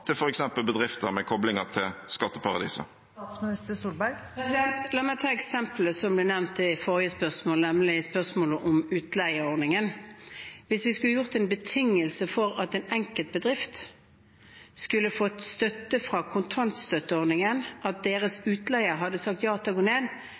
til f.eks. bedrifter med koblinger til skatteparadiser. La meg ta eksemplet som ble nevnt i forrige spørsmål, nemlig spørsmålet om utleieordningen. Hvis vi skulle satt som betingelse for at en enkeltbedrift skulle få støtte fra kontantstøtteordningen, at deres